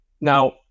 Now